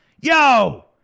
Yo